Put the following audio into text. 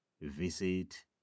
Visit